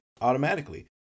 automatically